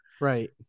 Right